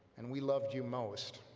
and we loved you most